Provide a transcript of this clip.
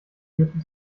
führten